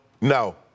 No